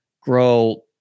grow